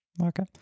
Okay